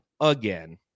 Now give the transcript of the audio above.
again